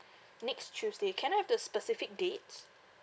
next tuesday can I have the specific dates